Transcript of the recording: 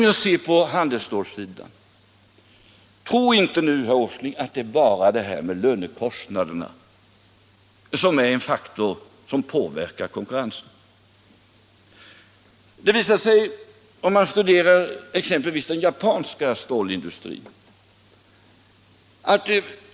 Tro inte heller, herr Åsling, att det när det gäller handelsstålssidan bara är lönekostnaderna som påverkar konkurrensen! Man kan exempelvis studera den japanska stålindustrin.